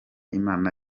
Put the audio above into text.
imana